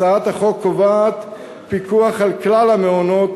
הצעת החוק קובעת פיקוח על כלל המעונות